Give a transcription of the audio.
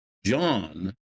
John